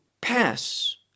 Pass